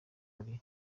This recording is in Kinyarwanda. ari